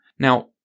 Now